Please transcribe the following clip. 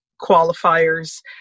qualifiers